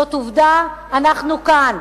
זאת עובדה, אנחנו כאן.